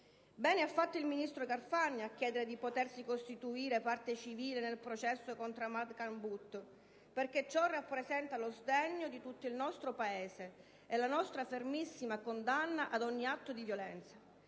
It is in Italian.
Bene ha fatto il ministro Carfagna a chiedere di potersi costituire parte civile nel processo contro Ahmad Khan Butt perché ciò rappresenta lo sdegno di tutto il nostro Paese e la nostra fermissima condanna ad ogni atto di violenza.